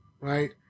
right